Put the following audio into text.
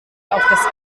auf